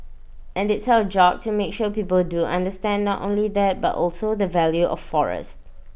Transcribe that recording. and it's our job to make sure people do understand not only that but also the value of forest